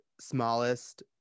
smallest